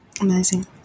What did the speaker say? Amazing